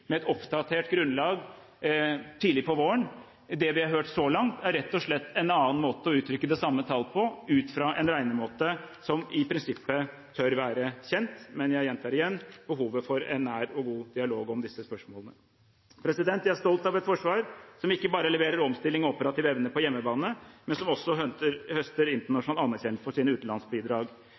med et oppdatert grunnlag tidlig på våren. Det vi har hørt så langt, er rett og slett en annen måte å uttrykke det samme tall på ut fra en regnemåte som i prinsippet tør være kjent. Men jeg gjentar igjen behovet for en nær og god dialog om disse spørsmålene. Jeg er stolt av et forsvar som ikke bare leverer omstilling og operativ evne på hjemmebane, men som også høster internasjonal anerkjennelse for sine utenlandsbidrag.